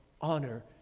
honor